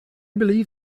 believe